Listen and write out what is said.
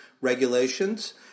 regulations